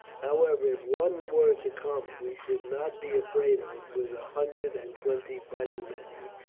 however, if one were to come we should not be afraid of it with a hundred and twenty fighting men here.